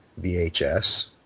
VHS